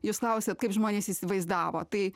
jūs klausiat kaip žmonės įsivaizdavo tai